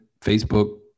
Facebook